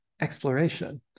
exploration